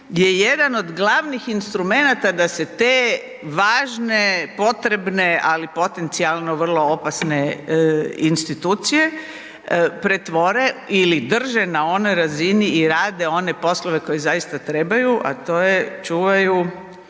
je jedan od glavnih instrumenata da se te važne potrebne, ali potencijalno vrlo opasne institucije pretvore ili drže na onoj razini i rade one poslove koji zaista trebaju, a to je čuvaju